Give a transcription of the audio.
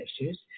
issues